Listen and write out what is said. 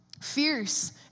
fierce